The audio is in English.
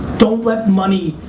don't let money,